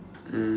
mm